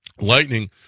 Lightning